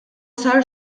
sar